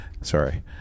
sorry